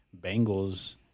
Bengals